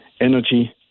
energy